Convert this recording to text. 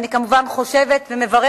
אני כמובן מברכת